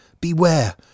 Beware